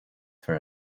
for